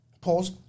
pause